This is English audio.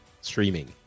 streaming